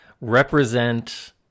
represent